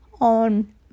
on